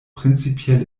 prinzipiell